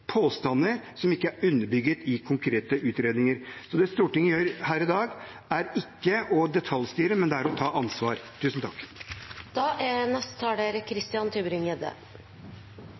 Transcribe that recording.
påstander som ikke er underbygget i konkrete utredninger. Det Stortinget gjør her i dag, er ikke å detaljstyre, men det er å ta ansvar. Jeg må si meg enig med Petter Eide. Det er